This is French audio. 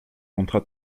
contrat